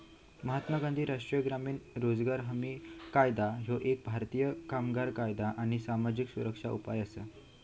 महात्मा गांधी राष्ट्रीय ग्रामीण रोजगार हमी कायदा ह्यो एक भारतीय कामगार कायदा आणि सामाजिक सुरक्षा उपाय असा